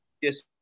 Yes